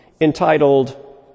entitled